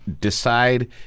decide